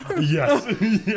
Yes